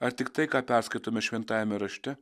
ar tik tai ką perskaitome šventajame rašte